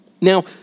Now